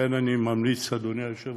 לכן אני ממליץ, אדוני היושב-ראש,